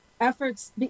efforts